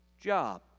job